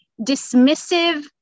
dismissive